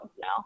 no